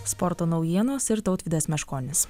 sporto naujienos ir tautvydas meškonis